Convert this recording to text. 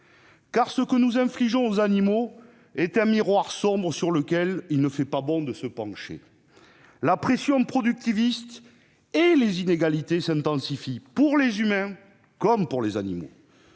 ce que nous infligeons aux animaux est un miroir sombre, sur lequel il ne fait pas bon se pencher. La pression productiviste et les inégalités s'intensifient pour les humains comme pour les animaux.